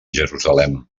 jerusalem